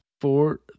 Four